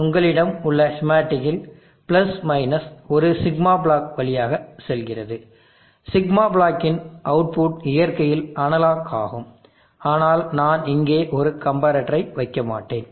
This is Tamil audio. இங்கேயும் உங்களிடம் உள்ள ஸ்கீமாட்டிக்கில் ஒரு சிக்மா பிளாக் வழியாக செல்கிறது சிக்மா பிளாக்கின் அவுட்புட் இயற்கையில் அனலாக் ஆகும் ஆனால் நான் இங்கே ஒரு கம்பரட்டரை வைக்க மாட்டேன்